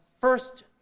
first